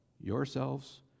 yourselves